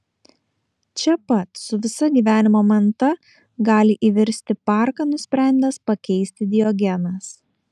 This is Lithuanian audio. čia pat su visa gyvenimo manta gali įvirsti parką nusprendęs pakeisti diogenas